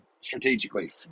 strategically